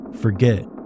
forget